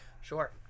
Sure